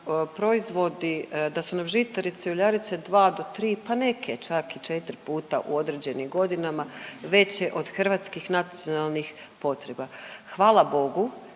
proizvodi, da su nam žitarice, uljarice dva do tri, pa neke čak i četiri puta u određenim godinama veće od hrvatskih nacionalnih potreba. Hvala bogu